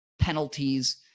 penalties